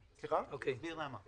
ברמת העיקרון,